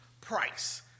price